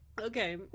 Okay